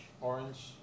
Orange